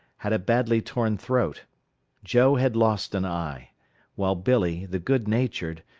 had a badly torn throat joe had lost an eye while billee, the good-natured,